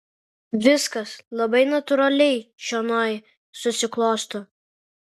viskas labai natūraliai čionai susiklosto